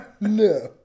No